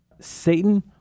Satan